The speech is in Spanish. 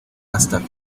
hasta